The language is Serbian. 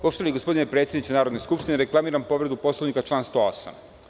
Poštovani gospodine predsedniče Narodne skupštine, reklamiram povredu Poslovnika član 108.